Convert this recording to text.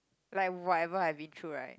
like whatever I've been through right